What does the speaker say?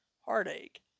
heartache